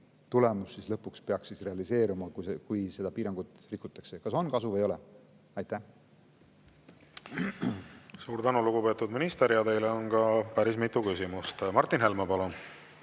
tulemus siis lõpuks peaks realiseeruma, kui seda piirangut rikutakse, kas on kasu või ei ole. Suur tänu, lugupeetud minister! Teile on ka päris mitu küsimust. Martin Helme, palun!